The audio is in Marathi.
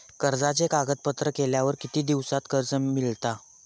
कर्जाचे कागदपत्र केल्यावर किती दिवसात कर्ज मिळता?